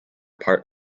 part